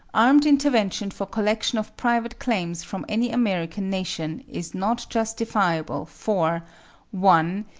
armed intervention for collection of private claims from any american nation is not justifiable, for one.